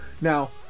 now